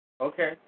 Okay